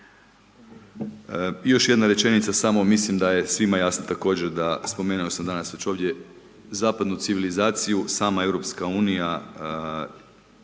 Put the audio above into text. Još jedna rečenica samo, mislim da je svima jasno također, spomenuo sam danas već ovdje, zapadnu civilizaciju sama Europska unije